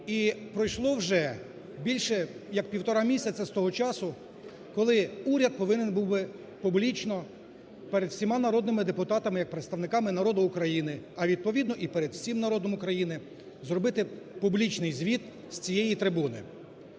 І пройшло вже більше як півтора місяця з того часу, коли уряд повинен був би публічно перед всіма народними депутатами як представниками народу України, а відповідно і перед всім народом України зробити публічний звіт з цієї трибуни.